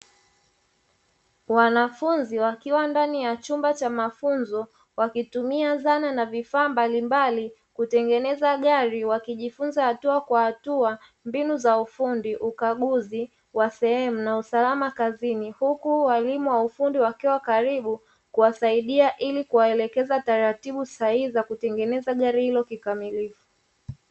Wanafunzi wakiwa ndani ya chumba cha mafunzo, wakitumia dhana na vifaa mbalimbali kutengeneza gari, wakijifunza hatua kwa hatua mbinu za ufundi, ukaguzi wa sehemu na usalama kazini, huku walimu wa ufundi wakiwa karibu, kuwasaidia ili kuwaelekeza taratibu sahihi za kutengeneza gari hilo kikamilifu.